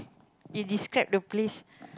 it describe the place